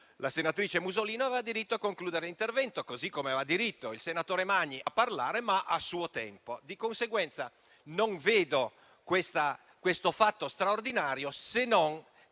la senatrice Musolino, aveva diritto a concludere l'intervento, così come aveva diritto il senatore Magni a parlare, ma a suo tempo. Di conseguenza, non vedo questo fatto straordinario, se non